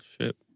ship